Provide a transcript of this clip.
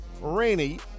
rainy